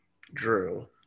drew